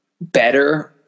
better